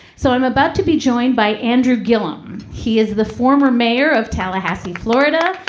so i'm about to be joined by andrew guilherme he is the former mayor of tallahassee, florida,